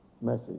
message